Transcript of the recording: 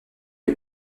est